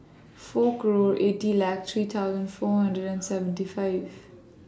four group eighty let three thousand four hundred and seventy five